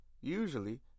Usually